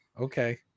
okay